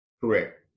Correct